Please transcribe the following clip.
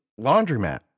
laundromat